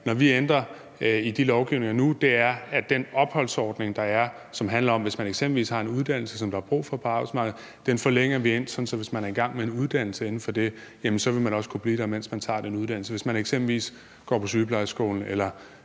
når vi nu ændrer i de lovgivninger, er, at den opholdsordning, der er, og som handler om eksempelvis det at have en uddannelse, som der er brug for på arbejdsmarkedet, forlænger vi, sådan at man, hvis man er i gang med en uddannelse inden for det, også vil kunne blive der, mens man tager den uddannelse, altså hvis man eksempelvis går på sygeplejeskolen eller